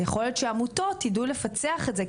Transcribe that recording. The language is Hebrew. יכול להיות שעמותות יוכלו לפצח את זה,